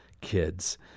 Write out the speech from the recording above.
kids